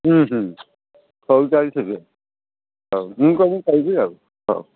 ଉଁ ହେଉ ତାହେଲେ ଠିକ୍ଅଛି ହେଉ ମୁଁ ତୁମକୁ କହିବି ଆଉ ହେଉ